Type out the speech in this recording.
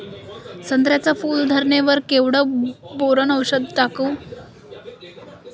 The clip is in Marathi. संत्र्याच्या फूल धरणे वर केवढं बोरोंन औषध टाकावं?